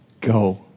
Go